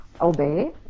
obey